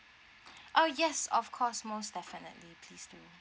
oh yes of course most definitely please do